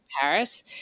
Paris